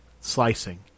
slicing